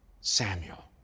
Samuel